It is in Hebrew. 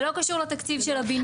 זה לא קשור לתקציב של הבינוי.